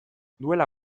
duela